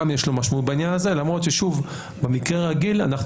גם יש לו משמעות למרות שבמקרה הרגיל אנחנו